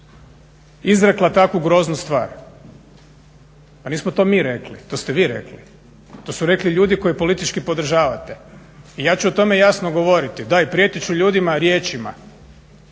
izrekla takvu groznu stvar. Pa nismo to mi rekli, to ste vi rekli, to su rekli ljudi koje politički podržavate i ja ću o tome jasno govoriti, da i prijetit ću ljudima riječima